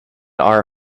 our